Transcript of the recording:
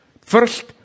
First